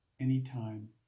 anytime